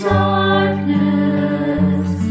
darkness